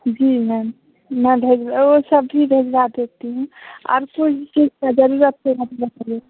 जी ma'am मैं भेज वह सब ठीक है भिजवा देती हूँ और कोई भी चीज़ की ज़रूरत हो ना तो बताइए